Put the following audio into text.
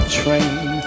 train